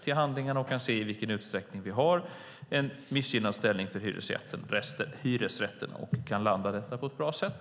Då kan vi se i vilken utsträckning vi har en missgynnad ställning för hyresrätterna och landa detta på ett bra sätt.